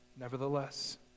Nevertheless